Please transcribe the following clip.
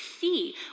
see